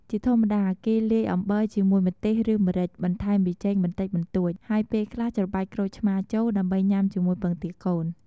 ជាធម្មតា គេលាយអំបិលជាមួយម្ទេស ឬម្រេច បន្ថែមប៊ីចេងបន្តិចបន្តួច ហើយពេលខ្លះច្របាច់ក្រូចឆ្មារចូល ដើម្បីញុំាជាមួយពងទាកូន។